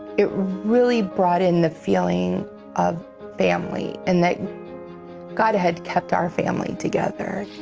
it really brought in the feeling of family, and that god had kept our family together.